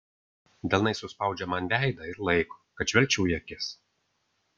delnais suspaudžia man veidą ir laiko kad žvelgčiau į akis